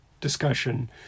discussion